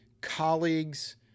colleagues